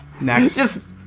Next